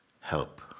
help